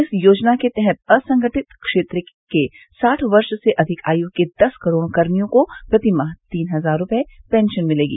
इस योजना के तहत असंगठित क्षेत्र के साठ वर्ष से अधिक आयु के दस करोड़ कर्मियों को प्रति माह तीन हजार रुपये पेंशन मिलेगी